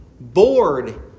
bored